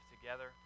together